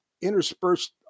interspersed